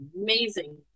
amazing